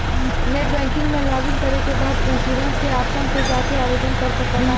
net banking में login करे के बाद इन्शुरन्स के ऑप्शन पे जाके आवेदन कर सकला